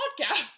podcast